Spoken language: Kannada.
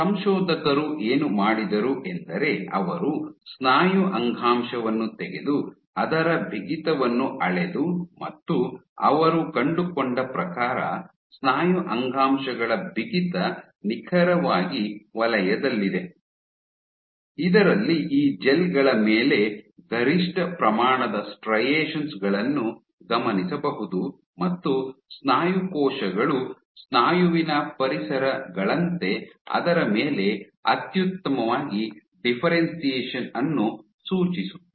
ಸಂಶೋಧಕರು ಏನು ಮಾಡಿದರು ಎಂದರೆ ಅವರು ಸ್ನಾಯು ಅಂಗಾಂಶವನ್ನು ತೆಗೆದು ಅದರ ಬಿಗಿತವನ್ನು ಅಳೆದು ಮತ್ತು ಅವರು ಕಂಡುಕೊಂಡ ಪ್ರಕಾರ ಸ್ನಾಯು ಅಂಗಾಂಶಗಳ ಬಿಗಿತ ನಿಖರವಾಗಿ ವಲಯದಲ್ಲಿದೆ ಇದರಲ್ಲಿ ಈ ಜೆಲ್ ಗಳ ಮೇಲೆ ಗರಿಷ್ಠ ಪ್ರಮಾಣದ ಸ್ಟ್ರೈಯೆಷನ್ಸ್ ಗಳನ್ನು ಗಮನಿಸಬಹುದು ಮತ್ತು ಸ್ನಾಯು ಕೋಶಗಳು ಸ್ನಾಯುವಿನ ಪರಿಸರಗಳಂತೆ ಅದರ ಮೇಲೆ ಅತ್ಯುತ್ತಮವಾಗಿ ಡಿಫ್ಫೆರೆನ್ಶಿಯೇಷನ್ ಅನ್ನು ಸೂಚಿಸುತ್ತವೆ